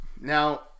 Now